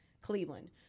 Cleveland